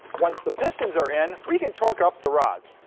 once the pistons are in we can torque up the rods.